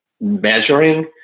measuring